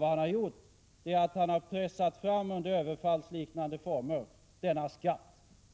Vad han har gjort är att under överfallsliknande former pressa fram denna skatt,